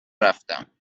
رفتم